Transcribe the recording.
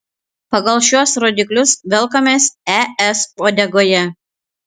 pagal šiuos rodiklius velkamės es uodegoje